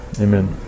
Amen